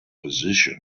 position